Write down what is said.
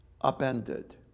upended